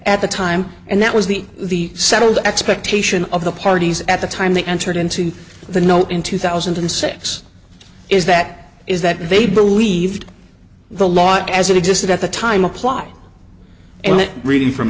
at the time and that was the the settled expectation of the parties at the time they entered into the know in two thousand and six is that is that they believed the law as it existed at the time apply and that reading from